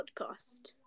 podcast